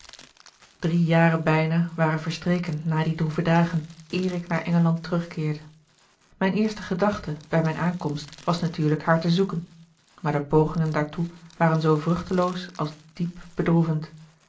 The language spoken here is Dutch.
drie jaren bijna waren verstreken na die droeve dagen eer ik naar engeland terugkeerde mijn eerste gedachte bij mijne aankomst was natuurlijk haar te zoeken maar de pogingen daartoe waren zoo vruchteloos als diep bedroevend